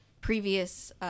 previous